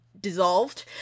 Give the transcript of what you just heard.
dissolved